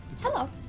hello